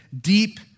deep